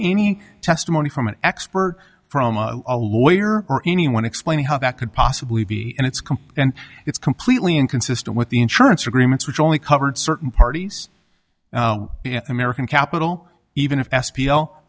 any testimony from an expert from a lawyer or anyone explaining how that could possibly be and it's complete and it's completely inconsistent with the insurance agreements which only covered certain parties american capital even if s